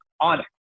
on